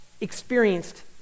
experienced